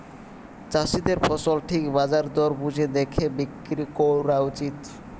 চাষীদের ফসল ঠিক বাজার দর বুঝে দেখে বিক্রি কোরা উচিত